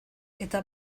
eta